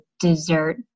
dessert